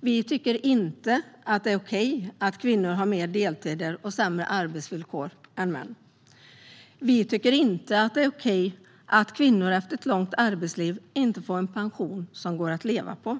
Vi tycker inte att det är okej att kvinnor har mer deltider och sämre arbetsvillkor än män. Vi tycker inte att det är okej att kvinnor efter ett långt arbetsliv inte får en pension som går att leva på.